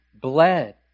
bled